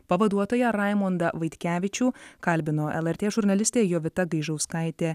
pavaduotoją raimondą vaitkevičių kalbino lrt žurnalistė jovita gaižauskaitė